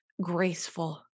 graceful